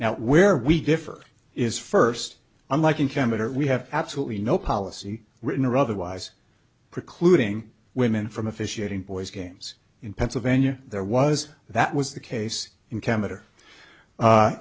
now where we differ is first unlike in canada we have absolutely no policy written or otherwise precluding women from officiating boys games in pennsylvania there was that was the case in c